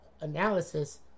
analysis